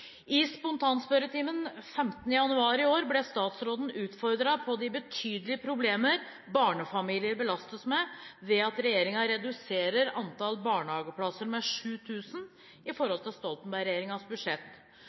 spontanspørretimen 15. januar i år ble statsråden utfordret på de betydelige problemer barnefamilier belastes med, ved at regjeringen reduserer antall barnehageplasser med 7 000 i forhold til Stoltenberg-regjeringens budsjett.